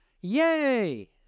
yay